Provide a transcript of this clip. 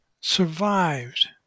survived